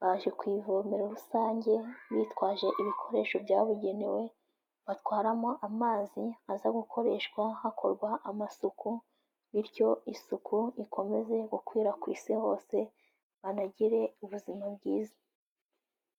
baje ku ivomero rusange bitwaje ibikoresho byabugenewe batwaramo amazi aza gukoreshwa hakorwa amasuku bityo isuku ikomeze gukwira ku Isi hose, banagire ubuzima bwiza.